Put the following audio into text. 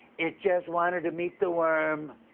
it just wanted to meet the worm.